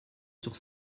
sur